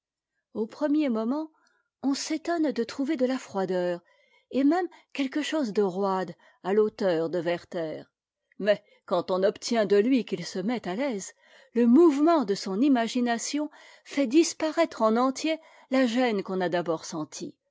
au premier moment on s'étonne de trouver de la froideur et même quelque chose de roide à l'auteur de werther mais quand on obtient de lui qu'il se mette à l'aise le mouvement de son imagination fait disparaître en entier la gêne qu'on a d'abord sentie